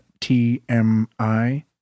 TMI